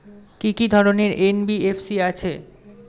কি কি ধরনের এন.বি.এফ.সি আছে?